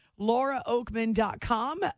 LauraOakman.com